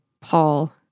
Paul